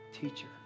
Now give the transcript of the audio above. teacher